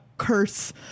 curse